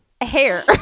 hair